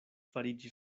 fariĝi